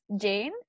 Jane